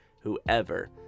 whoever